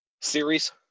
Series